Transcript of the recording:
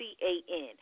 C-A-N